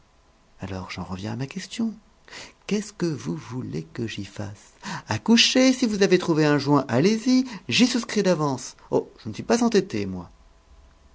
alors j'en reviens à ma question qu'est-ce que vous voulez que j'y fasse accouchez si vous avez trouvé un joint allez-y j'y souscris d'avance oh je ne suis pas entêté moi